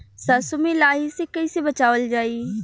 सरसो में लाही से कईसे बचावल जाई?